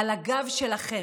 על הגב שלכם.